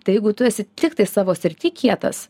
tai jeigu tu esi tiktai savo srity kietas